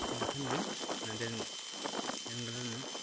ᱮᱱᱠᱷᱟᱱ ᱜᱮ ᱱᱚᱰᱮᱱ ᱰᱨᱮᱱ ᱜᱟᱰᱟ ᱨᱮᱱᱟᱜ